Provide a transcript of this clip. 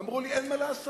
אמרו לי: אין מה לעשות,